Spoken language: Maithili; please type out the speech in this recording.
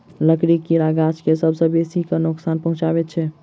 लकड़ीक कीड़ा गाछ के सभ सॅ बेसी क नोकसान पहुचाबैत छै